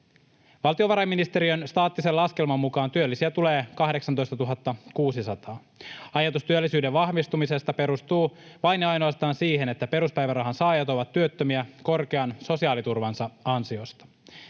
Valtiovarainministeriön staattisen laskelman mukaan työllisiä tulee 18 600. Ajatus työllisyyden vahvistumisesta perustuu vain ja ainoastaan siihen, että peruspäivärahan saajat ovat työttömiä korkean sosiaaliturvansa ansiosta.